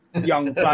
young